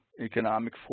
economic